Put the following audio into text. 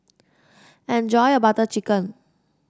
enjoy your Butter Chicken